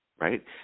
right